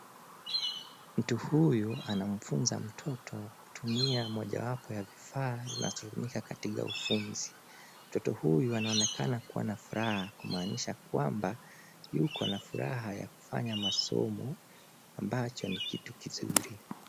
Mtu huyu anamfunza mtoto kutumia mojawapo ya vifaa vinavyotumika katika ufunzi. Mtoto huyu anaonekana kuwa na furaha kumaanisha kwamba yuko na furaha ya kufanya masomo ambacho ni kitu kizuri.